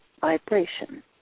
vibration